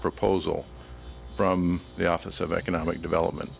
proposal from the office of economic development